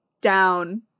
down